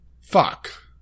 Fuck